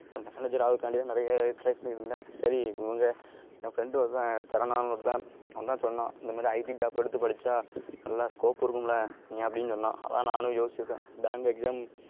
அது மேனேஜர் ஆகிறதுக்காண்டி தான் நிறைய ட்ரை பண்ணியிருந்தேன் சரி இவங்க என் ஃப்ரெண்டு ஒருத்தன் ஜெகன்னா ஒருத்தன் அவன் தான் சொன்னான் இந்த மாதிரி ஐடி ஜாப் எடுத்து படித்தா நல்லா ஸ்கோப் கொடுக்கும்ல அப்படின்னு சொன்னான் அதுதான் நானும் யோச்சுருக்கேன் பேங்க் எக்ஸாம்